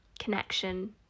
connection